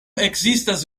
ekzistas